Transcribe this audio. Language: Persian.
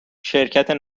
شرکت